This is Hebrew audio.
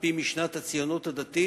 על-פי משנת הציונות הדתית,